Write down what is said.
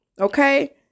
Okay